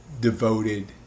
devoted